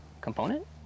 component